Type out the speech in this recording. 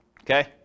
Okay